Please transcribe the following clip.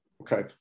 Okay